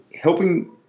helping